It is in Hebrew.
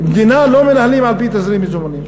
מדינה לא מנהלים על-פי תזרים מזומנים.